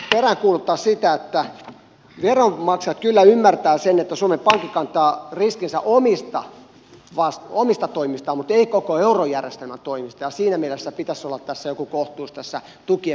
halusinkin myös peräänkuuluttaa sitä että veronmaksajat kyllä ymmärtävät sen että suomen pankki kantaa riskinsä omista toimistaan mutta ei koko eurojärjestelmän toimista ja siinä mielessä pitäisi olla joku kohtuus tässä tukien määrässä